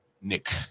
nick